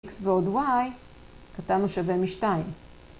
x ועוד y, קטן או שווה משתיים.